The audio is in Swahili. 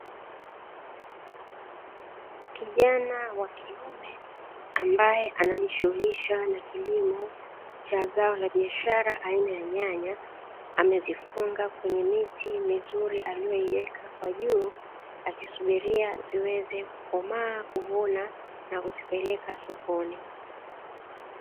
Kijana wa kiume ambaye anajishughulisha na kilimo cha zao la biashara aina ya nyanya, amezifunga kwenye miti mizuri aliyoiweka kwa juu akisubiria ziweze kukomaa, kuvuna na kuzipeleka sokoni.